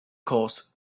course